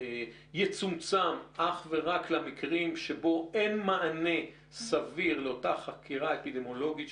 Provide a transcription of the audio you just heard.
יצומצם אך ורק למקרים שבהם אין מענה סביר לאותה חקירה אפידמיולוגית,